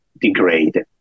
degrade